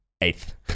Eighth